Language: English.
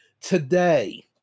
Today